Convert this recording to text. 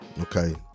Okay